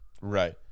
Right